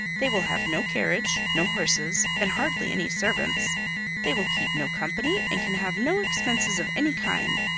they will have no carriage, no horses, and hardly any servants they will keep no company, and can have no expenses of any kind!